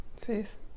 Faith